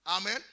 Amen